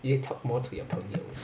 you need talk more to your 朋友